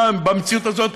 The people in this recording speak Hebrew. במציאות הזאת,